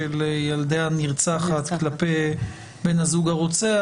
של ילדי הנרצחת כלפי בן הזוג הרוצח,